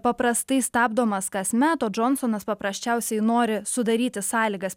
paprastai stabdomas kasmet o džonsonas paprasčiausiai nori sudaryti sąlygas